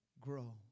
grow